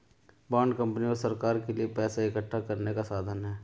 bond company और सरकार के लिए पैसा इकठ्ठा करने का साधन है